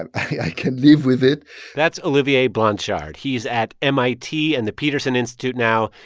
and i can live with it that's olivier blanchard. he's at mit and the peterson institute now,